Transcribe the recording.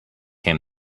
came